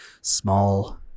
small